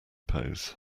pose